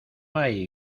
hay